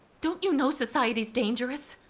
don't you know society's dangerous?